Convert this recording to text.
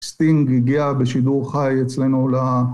סטינג הגיע בשידור חי אצלנו ל...